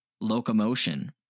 locomotion